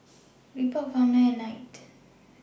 Reebok Farmland and Knight